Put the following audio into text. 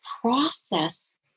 process